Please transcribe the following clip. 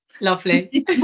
Lovely